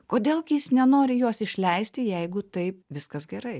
kodėl gi jis nenori jos išleisti jeigu taip viskas gerai